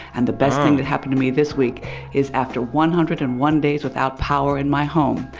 and the best thing that happened to me this week is after one hundred and one days without power in my home,